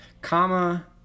comma